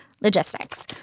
Logistics